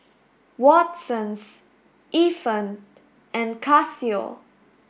Watsons Ifan and Casio